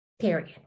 period